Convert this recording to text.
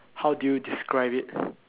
how do you describe it